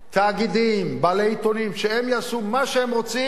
תאגידים, בעלי עיתונים, שהם יעשו מה שהם רוצים,